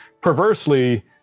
perversely